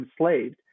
enslaved